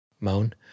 Moan